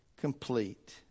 complete